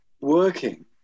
working